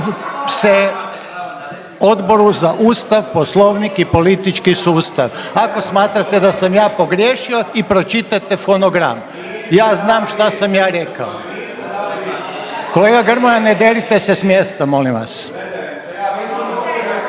se Odboru za Ustav, Poslovnik i politički sustav. Ako smatrate da sam ja pogriješio i pročitajte fonogram. Ja znam šta sam ja rekao. Kolega Grmoja, ne derite se s mjesta, molim vas.